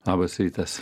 labas rytas